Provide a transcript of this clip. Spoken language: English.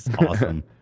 awesome